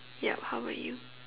yup how about you